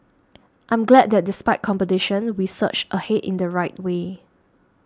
I'm glad that despite competition we surged ahead in the right way